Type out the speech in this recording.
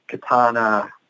Katana